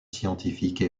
scientifique